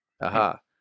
aha